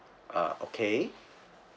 uh okay